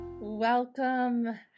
Welcome